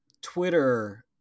Twitter